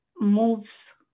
moves